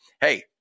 hey